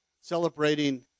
celebrating